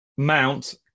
Mount